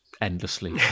endlessly